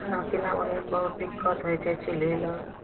खाना पीना बनबैमे बहुत दिक्कत होइ छै चुल्ही लङ्ग